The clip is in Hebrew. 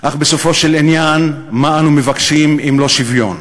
אך בסופו של עניין, מה אנו מבקשים אם לא שוויון?